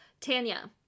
Tanya